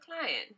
client